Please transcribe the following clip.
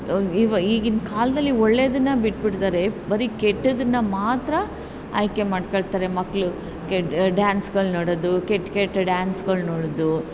ಇವ ಈಗಿನ ಕಾಲದಲ್ಲಿ ಒಳ್ಳೆಯದನ್ನ ಬಿಟ್ಬಿಟ್ಟಿದ್ದಾರೆ ಬರೀ ಕೆಟ್ಟದ್ದನ್ನು ಮಾತ್ರ ಆಯ್ಕೆ ಮಾಡ್ಕೊಳ್ತಾರೆ ಮಕ್ಳಿಗೆ ಡ್ಯಾನ್ಸ್ಗಳು ನೋಡೋದು ಕೆಟ್ಟ ಕೆಟ್ಟ ಡ್ಯಾನ್ಸ್ಗಳು ನೋಡೋದು